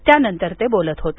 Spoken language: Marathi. त्यानंतर ते बोलत होते